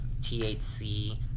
thc